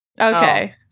Okay